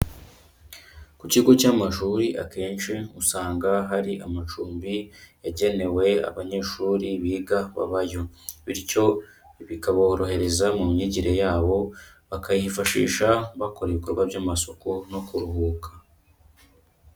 Ku kigo cy'amashuri akenshi usanga hari amacumbi yagenewe abanyeshuri biga babayo, bityo bikaborohereza mu myigire yabo bakayihifashisha bakora ibikorwa by'amasuku no kuruhuka.